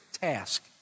task